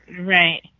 Right